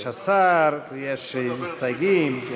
יש השר ויש מסתייגים.